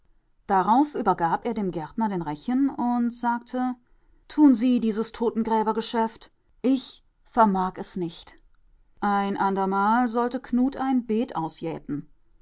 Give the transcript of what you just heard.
darauf übergab er dem gärtner den rechen und sagte tun sie dieses totengräbergeschäft ich vermag es nicht ein andermal sollte knut ein beet ausjäten